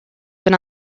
been